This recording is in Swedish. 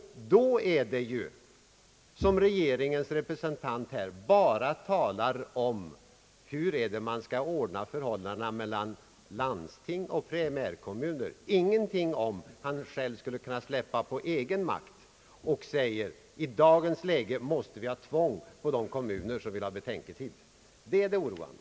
Regeringens representant talar här bara om hur förhållandena mellan landsting och primärkommuner skall ordnas men säger ingenting om att han själv vill släppa efter på sin egen makt, utan säger att vi i dagens läge måste genomföra tvång för de kommuner som vill ha betänketid; och det är det oroande.